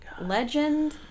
Legend